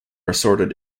assorted